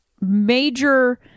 major